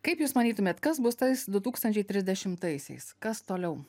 kaip jūs matytumėt kas bus tais du tūkstančiai trisdešimtaisiais kas toliau